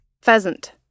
Pheasant